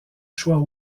choix